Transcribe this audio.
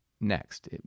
next